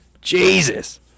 Jesus